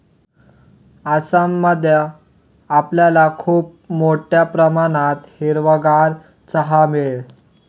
आसाम मध्ये आपल्याला खूप मोठ्या प्रमाणात हिरवागार चहा मिळेल